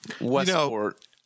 Westport